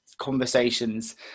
conversations